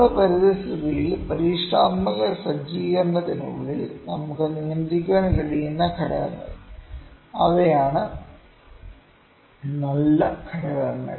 നമ്മുടെ പരിതസ്ഥിതിയിൽ പരീക്ഷണാത്മക സജ്ജീകരണത്തിനുള്ളിൽ നമുക്ക് നിയന്ത്രിക്കാൻ കഴിയുന്ന ഘടകങ്ങൾ അവയാണ് നല്ല ഘടകങ്ങൾ